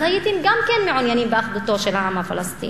אז הייתם גם כן מעוניינים באחדותו של העם הפלסטיני.